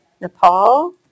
Nepal